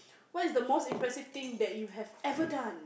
what is the most impressive thing that you have ever done